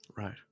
right